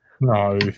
No